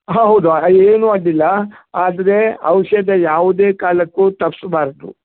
ಹಾಂ ಹೌದು ಏನೂ ಅಡ್ಡಿಲ್ಲ ಆದರೆ ಔಷಧ ಯಾವುದೇ ಕಾಲಕ್ಕೂ ತಪ್ಪಿಸ್ಬಾರ್ದು